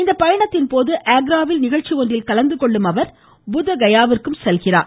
இப்பயணத்தின்போது ஆக்ராவில் நிகழ்ச்சி ஒன்றில் கலந்துகொள்ளும் அவர் புத்தகயாவிற்கும் செல்கிறார்